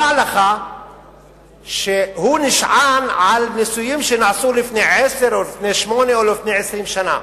דע לך שהוא נשען על ניסויים שנעשו לפני עשר או 18 או 20 שנה,